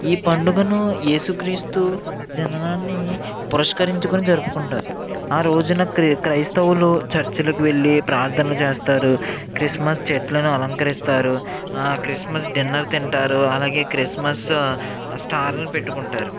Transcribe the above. ఈ పండుగను ఏసు క్రీస్తు జననాన్ని పురస్కరించుకొని జరుపుకుంటారు ఆ రోజున క్రై క్రైస్తవులు చర్చలకు వెళ్ళి ప్రార్థన చేస్తారు క్రిస్మస్ చెట్లను అలంకరిస్తారు ఆ క్రిస్మస్ డిన్నర్ తింటారు అలాగే క్రిస్మస్ స్టార్ను పెట్టుకుంటారు